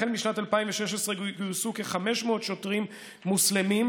החל משנת 2016 גויסו כ-500 שוטרים מוסלמים,